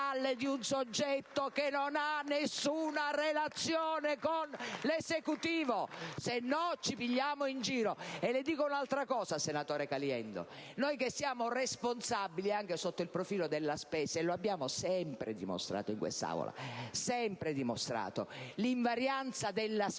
di un soggetto che non ha nessuna relazione con l'Esecutivo, altrimenti ci prendiamo in giro. Le dico un'altra cosa, senatore Caliendo: noi siamo responsabili anche sotto il profilo della spesa e lo abbiamo sempre dimostrato in quest'Aula, e l'invarianza della spesa